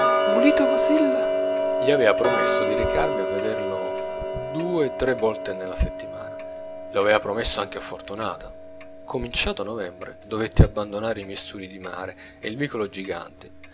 vulite o vasillo gli aveva promesso di recarmi a vederlo due tre volte nella settimana lo aveva promesso anche a fortunata cominciato novembre dovetti abbandonare i miei studi di mare e il vicolo giganti